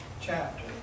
chapter